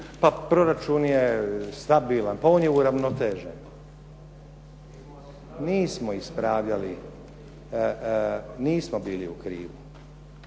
Pa proračun je stabilan, pa on je uravnotežen. Nismo ispravljali, nismo bili u krivu.